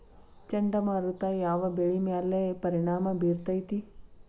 ಚಂಡಮಾರುತ ಯಾವ್ ಬೆಳಿ ಮ್ಯಾಲ್ ಪರಿಣಾಮ ಬಿರತೇತಿ?